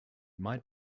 might